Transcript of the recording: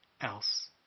else